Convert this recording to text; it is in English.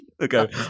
Okay